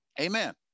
Amen